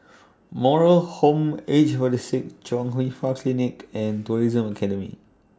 Moral Home Aged For The Sick Chung Hwa Free Clinic and Tourism Academy